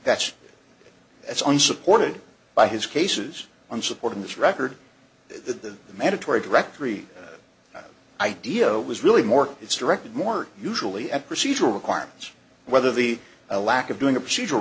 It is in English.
that's that's unsupported by his cases and supporting this record but the mandatory directory idea it was really more it's directed more usually at procedural requirements whether the lack of doing a procedur